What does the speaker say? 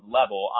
level